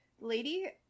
Lady